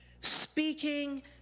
speaking